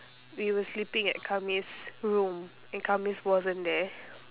we were sleeping at khamis room and khamis wasn't there